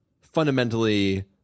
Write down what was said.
fundamentally